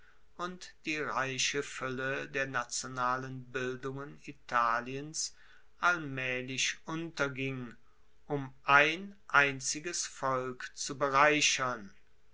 und die reiche fuelle der nationalen bildungen italiens allmaehlich unterging um ein einziges volk zu bereichern